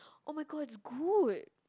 [oh]-my-god it's good